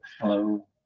hello